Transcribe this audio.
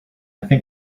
think